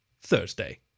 Thursday